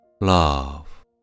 Love